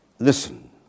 Listen